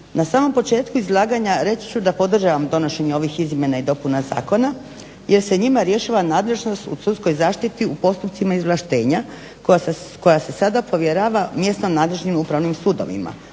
Na samom početku izlaganja reći ću da podržavam donošenje ovih izmjena i dopuna zakona jer se njima rješava nadležnost u sudskoj zaštiti u postupcima izvlaštenja koja se sada povjerava mjesnim nadležnim upravnim sudovima